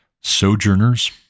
sojourners